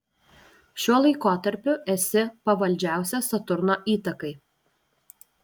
šiuo laikotarpiu esi pavaldžiausia saturno įtakai